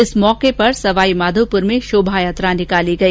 इस अवसर पर सवाईमाधोपुर में शोभायात्रा निकाली गई